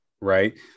right